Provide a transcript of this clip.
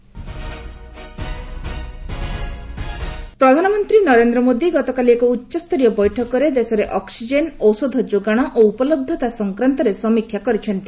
PM oxygen medicine Narendra Modi ମୋଦୀ ଗତକାଲି ଏକ ଉଚ୍ଚସ୍ତରୀୟ ବୈଠକରେ ଦେଶରେ ଅକ୍ଟିଜେନ ଔଷଧ ଯୋଗାଣ ଓ ଉପଲବ୍ଧତା ସଂକ୍ରାନ୍ତରେ ସମୀକ୍ଷା କରିଛନ୍ତି